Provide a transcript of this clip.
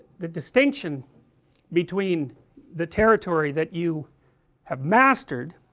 the distinction between the territory that you have mastered